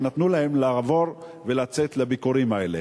שנתנו להם לעבור ולצאת לביקורים האלה.